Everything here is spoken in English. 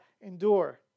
endure